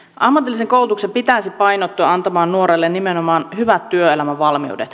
ammatillisen koulutuksen pitäisi painottua antamaan nuorelle nimenomaan hyvät työelämävalmiudet